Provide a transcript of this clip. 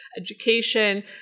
education